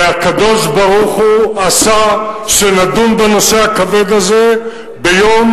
והקדוש-ברוך-הוא עשה שנדון בנושא הכבד הזה ביום